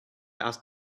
asked